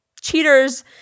cheaters